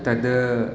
तद्